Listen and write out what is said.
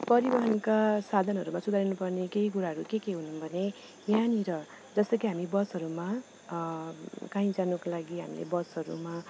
परिवहनका साधनहरूमा सुधारिनु पर्ने केही कुराहरू के के हुन् भने यहाँनिर जस्तै कि हामी बसहरूमा कहीँ जानुको लागि हामीले बसहरूमा